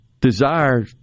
desire